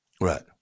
Right